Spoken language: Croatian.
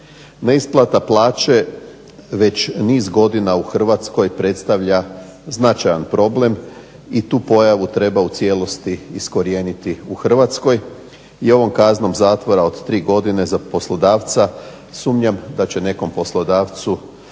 Neisplata plaće već niz godina u Hrvatskoj predstavlja značajan problem i tu pojavu treba u cijelosti iskorijeniti u Hrvatskoj i ovom kaznom zatvora od tri godine za poslodavca, sumnjam da će nekom poslodavcu